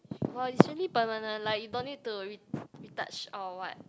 !wow! usually permanent like you don't need to re~ retouch or what